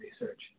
research